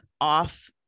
off